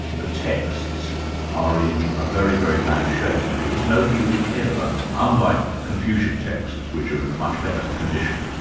the texts are in a very, very bad shape because nobody really cared about them, unlike confucian texts, which are in a much better condition.